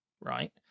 right